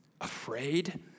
Afraid